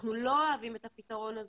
אנחנו לא אוהבים את הפתרון הזה,